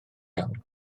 iawn